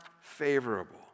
favorable